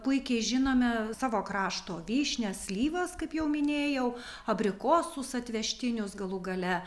puikiai žinome savo krašto vyšnias slyvas kaip jau minėjau abrikosus atvežtinius galų gale